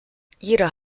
jeder